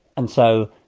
and so,